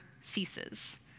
ceases